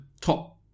top